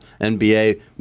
NBA